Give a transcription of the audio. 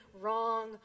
wrong